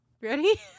Ready